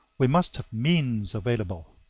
we must have means available.